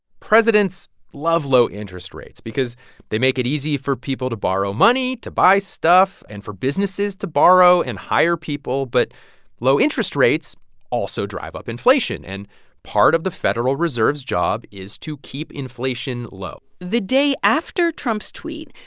presidents love low interest rates because they make it easy for people to borrow money, to buy stuff and for businesses to borrow and hire people. people. but low interest rates also drive up inflation, and part of the federal reserve's job is to keep inflation low the day after trump's tweet,